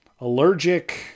allergic